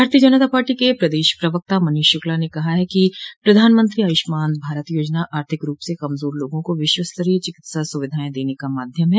भारतीय जनता पार्टी के प्रदेश प्रवक्ता मनीष शुक्ला ने कहा ह कि प्रधानमंत्री आयुष्मान भारत योजना आर्थिक रूप से कमजोर लोगों को विश्वस्तरीय चिकित्सा सुविधाएं देने का माध्यम है